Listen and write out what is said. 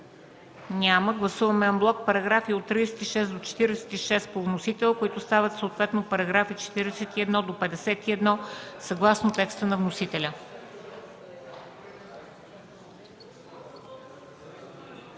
Няма. Гласуваме анблок параграфи от 36 до 46 по вносител, които стават съответно параграфи 41 до 51, съгласно текста на вносителя.